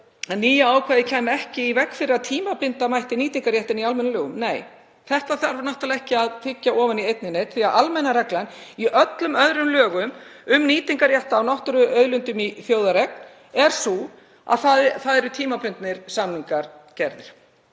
nýja ákvæðið kæmi ekki í veg fyrir að tímabinda mætti nýtingarréttinn í almennum lögum. Nei, þetta þarf náttúrlega ekki að tyggja ofan í einn né neinn því að almenna reglan í öllum öðrum lögum um nýtingarrétt á náttúruauðlindum í þjóðareign er sú að gerðir séu tímabundnir samningar.